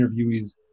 interviewees